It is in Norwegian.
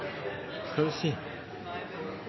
skal vi si: